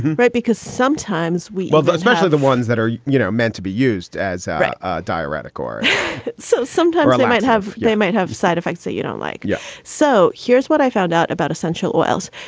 right. because sometimes well, especially the ones that are you know meant to be used as a diuretic or so sometimes it might have they might have side effects that you don't like. yeah. so here's what i found out about essential oils.